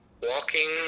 walking